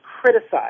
criticized